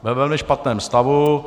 Ve velmi špatném stavu.